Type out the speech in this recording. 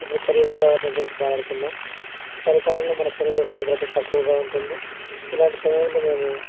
ఇప్పుడు చలి వాతావరణం గురించి మాట్లాడుకుందాం చలికాలంలో మన శరీర ఉష్ణగ్రత తక్కువగా ఉంటుంది ఇలాంటి సమయంలో మేము